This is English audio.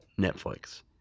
Netflix